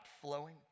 flowing